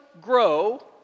grow